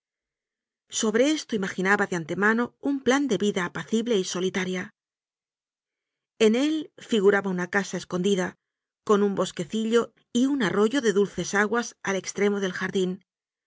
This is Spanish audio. sobre esto imaginaba de antemano un plan de vida apacible y solitaria en él figuraba una casa escondida con un bosquecillo y un arroyo de dul ces aguas al extremo del jardín